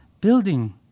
building